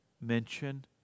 mention